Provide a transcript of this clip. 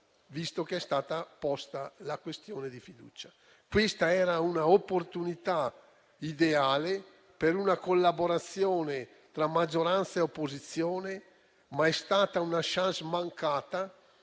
visto che è stata posta la questione di fiducia.